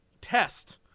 test